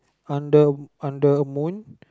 under under moon